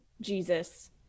jesus